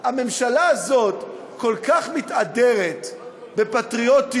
הממשלה הזאת כל כך מתהדרת בפטריוטיות,